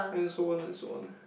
and so on and so on ah